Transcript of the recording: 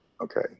Okay